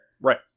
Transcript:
Right